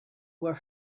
were